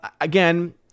again